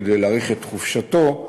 כדי להאריך את חופשתו,